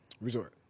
Resort